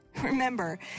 Remember